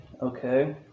Okay